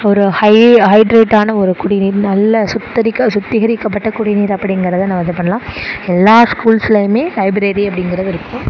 ஒரு ஹை ஹைட்ரேட்டான ஒரு குடிநீர் நல்ல சுத்தரிக்க சுத்திகரிக்கப்பட்ட குடிநீர் அப்படிங்கிறத நம்ம இது பண்ணலாம் எல்லா ஸ்கூல்ஸ்லேயுமே லைப்ரரி அப்படிங்கிறது இருக்கும்